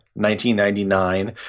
1999